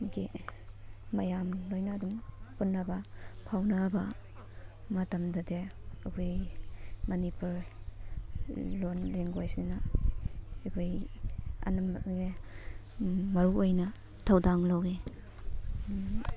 ꯒꯤ ꯃꯌꯥꯝ ꯂꯣꯏꯅ ꯑꯗꯨꯝ ꯄꯨꯟꯅꯕ ꯐꯥꯎꯅꯕ ꯃꯇꯝꯗꯗꯤ ꯑꯩꯈꯣꯏꯒꯤ ꯃꯅꯤꯄꯨꯔ ꯂꯣꯟ ꯂꯦꯡꯒꯣꯏꯁꯁꯤꯅ ꯑꯩꯈꯣꯏꯒꯤ ꯑꯅꯝꯕ ꯃꯔꯨ ꯑꯣꯏꯅ ꯊꯧꯗꯥꯡ ꯂꯩꯋꯤ